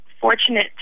fortunate